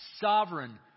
sovereign